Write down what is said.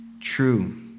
true